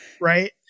Right